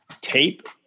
tape